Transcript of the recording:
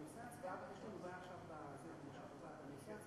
ארצות שבהן מלכתחילה יוקר המחיה גבוה.